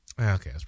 Okay